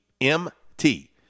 M-T